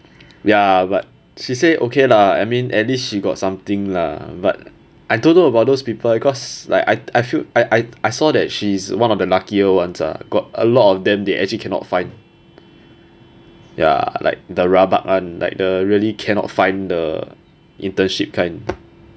ya but she say okay lah I mean at least she got something lah but I don't know about those people cause like I I feel I I saw that she is one of the luckier ones ah got a lot of them they actually cannot find ya like the rabak [one] like the really cannot find the internship kind